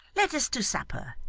let us to supper.